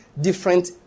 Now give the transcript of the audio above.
different